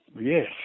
Yes